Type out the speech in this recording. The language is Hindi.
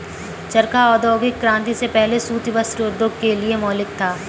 चरखा औद्योगिक क्रांति से पहले सूती वस्त्र उद्योग के लिए मौलिक था